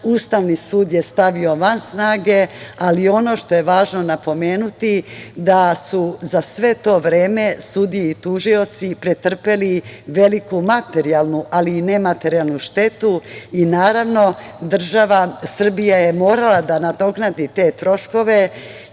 Ustavni sud je stavio van snage, ali ono što je važno napomenuti da su za sve to vreme sudije i tužioci pretrpeli veliku materijalnu, ali i nematerijalnu štetu i naravno država Srbija je morala da nadoknadi te troškove